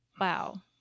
wow